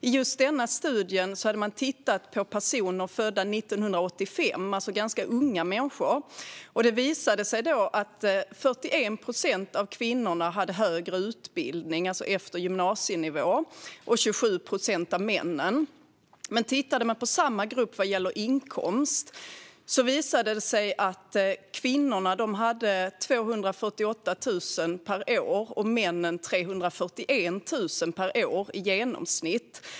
I just denna studie har man tittat på personer födda 1985, alltså ganska unga människor, och det visar sig att 41 procent av kvinnorna och 27 procent av männen har högre utbildning, det vill säga på eftergymnasial nivå. Men när man tittar på samma grupp vad gäller inkomst visar det sig att kvinnor har 248 000 per år och männen 341 000 per år i genomsnitt.